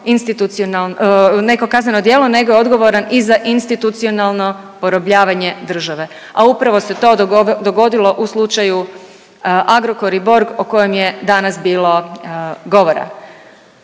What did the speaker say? neko kazneno djelo nego je odgovoran i za institucionalno porobljavanje države, a upravo se to dogodilo u slučaju Agrokor i Borg o kojem je danas bilo govora.